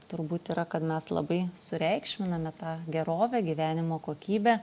turbūt yra kad mes labai sureikšminame tą gerovę gyvenimo kokybę